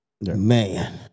man